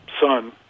son